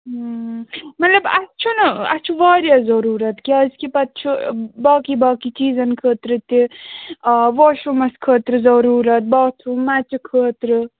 مطلب اَسہِ چھُنہٕ اَسہِ چھُ واریاہ ضٔروٗرت کیٛازکہِ پَتہٕ چھُ باقی باقی چیٖزَن خٲطرٕ تہِ واش روٗمَس خٲطرٕ ضٔروٗرَت باتھ روٗم مَچہِ خٲطرٕ